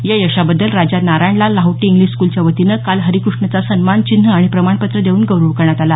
या यशाबद्दल राजा नारायणलाल लाहोटी इंग्लिश स्कूलच्या वतीनं काल हरिकृष्णचा सन्मान चिन्ह आणि प्रमाणपत्र देऊन गौरव करण्यात आला